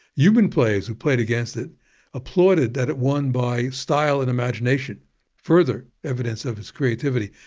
human players who played against it applauded that it won by style and imagination further evidence of its creativity,